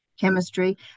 chemistry